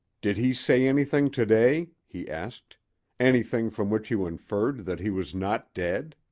did he say anything to-day? he asked anything from which you inferred that he was not dead?